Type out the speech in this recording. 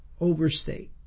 overstate